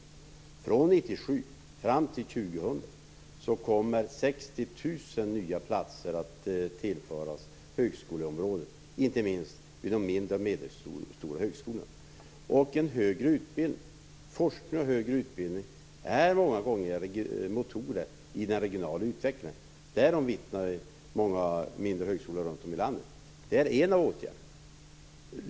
Från år 1997 och fram till år 2000 kommer 60 000 nya platser att tillföras högskoleområdet, inte minst vid de mindre och medelstora högskolorna. Forskning och högre utbildning är många gånger motorer i den regionala utvecklingen. Därom vittnar många mindre högskolor runt om i landet. Detta är en åtgärd.